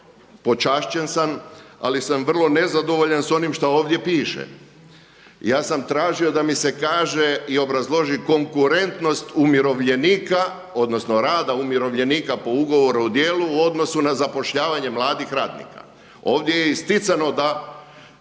Počašćen sam ali sam vrlo nezadovoljan s onim što ovdje piše. Ja sam tražio da mi se kaže i obrazloži konkurentnost umirovljenika odnosno rada umirovljenika po ugovoru o djelu u odnosu na zapošljavanje mladih radnika. Ovdje je isticano da